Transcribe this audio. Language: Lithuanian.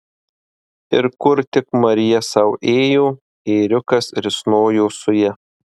ir kur tik marija sau ėjo ėriukas risnojo su ja